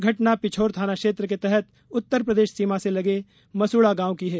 घटना पिछौर थाना क्षेत्र के तहत उत्तर प्रदेश सीमा से लगे मसूड़ा गांव की है